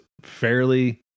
fairly